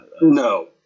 No